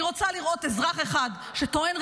אני רוצה לראות אזרח אחד שטוען,